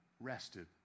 rested